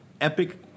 epic